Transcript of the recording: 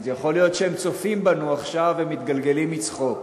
אז יכול להיות שהם צופים בנו עכשיו ומתגלגלים מצחוק.